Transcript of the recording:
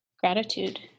gratitude